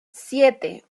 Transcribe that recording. siete